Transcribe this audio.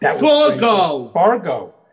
fargo